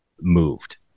moved